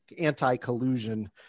anti-collusion